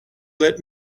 let